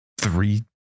three